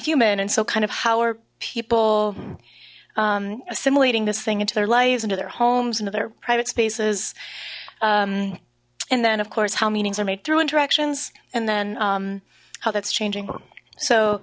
human and so kind of how are people assimilating this thing into their lives into their homes and other private spaces and then of course how meanings are made through interaction and then how that's changing so